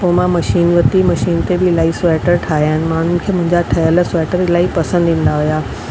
पोइ मां मशीन वरिती मशीन ते बि इलाही स्वेटर ठाहिया आहिनि माण्हुनि खे मुंहिंजा ठहियलु स्वेटर इलाही पसंदि ईंदा हुया